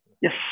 Yes